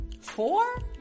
four